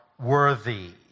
worthy